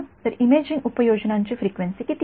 तर इमेजिंग उपयोजनांची फ्रिक्वेन्सी श्रेणी किती आहे